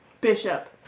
Bishop